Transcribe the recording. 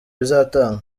bizatanga